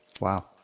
Wow